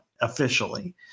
officially